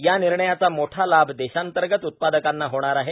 या निर्णयाचा मोठा लाभ देशांतर्गत उत्पादकांना होणार आहे